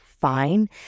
fine